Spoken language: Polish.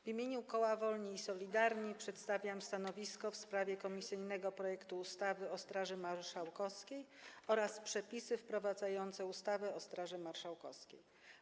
W imieniu koła Wolni i Solidarni przedstawiam stanowisko w sprawie komisyjnych projektów ustaw: o Straży Marszałkowskiej oraz Przepisy wprowadzające ustawę o Straży Marszałkowskiej.